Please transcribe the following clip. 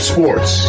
Sports